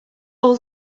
all